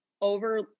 over